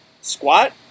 Squat